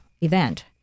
event